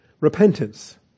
Repentance